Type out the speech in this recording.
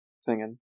Singing